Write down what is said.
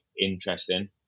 interesting